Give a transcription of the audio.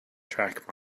track